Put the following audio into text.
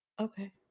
Okay